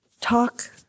talk